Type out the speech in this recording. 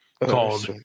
called